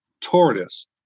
tortoise